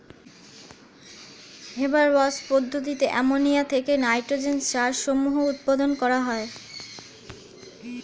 Haber Bosch পদ্ধতিতে ammonia থেকে nitrogen সার সমূহ উৎপন্ন করা হয়